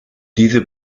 diese